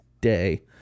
day